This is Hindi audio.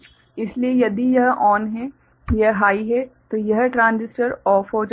इसलिए यदि यह ON है यह हाइ है तो यह ट्रांजिस्टर OFF हो जाएगा